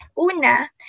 Una